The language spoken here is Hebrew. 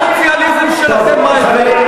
הסוציאליזם שלכם, מה אתו?